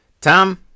Tom